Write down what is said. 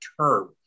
term